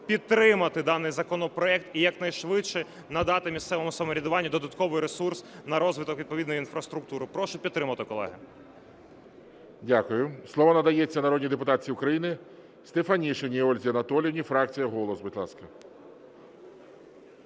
підтримати даний законопроект і якнайшвидше надати місцевому самоврядуванню додатковий ресурс на розвиток відповідної інфраструктури. Прошу підтримати, колеги. ГОЛОВУЮЧИЙ. Дякую. Слово надається народній депутатці України Стефанишиній Ользі Анатоліївні, фракція "Голос".